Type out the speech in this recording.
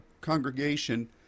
congregation